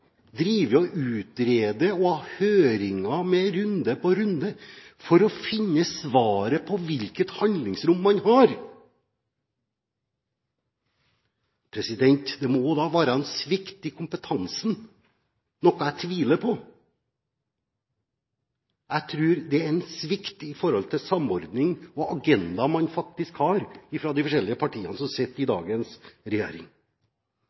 drive og utrede og ha høringer med runde på runde for å finne svaret på hvilket handlingsrom man har. Det må da være en svikt i kompetansen, noe jeg tviler på. Jeg tror det er en svikt i forhold til samordning og agendaen man har fra de forskjellige partiene som sitter i dagens regjering.